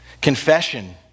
Confession